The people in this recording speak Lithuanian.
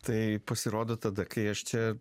tai pasirodo tada kai aš čia